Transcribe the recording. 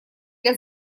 для